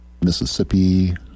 Mississippi